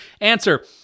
Answer